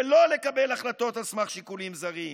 ולא לקבל החלטות על סמך שיקולים זרים.